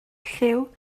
llyw